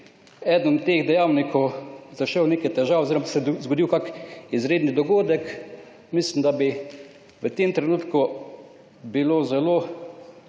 eden od teh dejavnikov zašel v neke težave oziroma bi se zgodil kakšen izreden dogodek, mislim da bi v tem trenutku bilo zelo